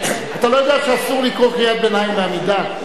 אתה לא יודע שאסור לקרוא קריאת ביניים בעמידה?